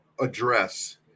address